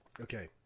Okay